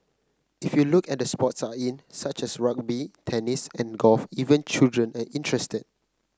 if you look at the sports are in such as rugby tennis and golf even children are interested